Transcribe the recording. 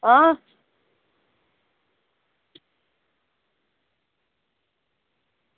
आं